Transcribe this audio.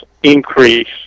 increase